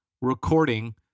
recording